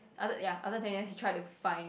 after ya after ten years he tried to find